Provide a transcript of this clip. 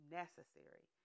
necessary